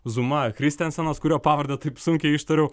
zouma christensenas kurio pavardę taip sunkiai ištariau